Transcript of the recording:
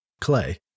clay